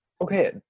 Okay